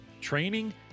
training